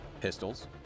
Pistols